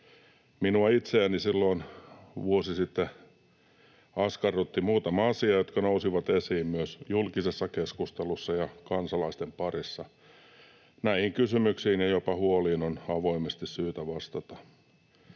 minua itseäni silloin vuosi sitten askarrutti muutama asia, jotka nousivat esiin myös julkisessa keskustelussa ja kansalaisten parissa. Näihin kysymyksiin ja jopa huoliin on syytä vastata